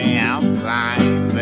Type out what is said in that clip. outside